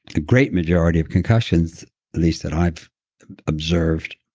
a great majority of concussions least that i've observed,